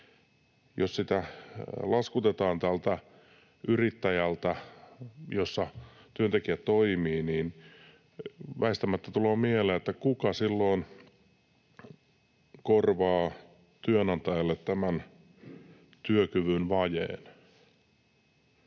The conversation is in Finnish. jos sitä laskutetaan tältä yrittäjältä, jolle työntekijä toimii, niin väistämättä tulee mieleen, kuka silloin korvaa työnantajalle tämän työkyvyn vajeen.